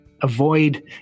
avoid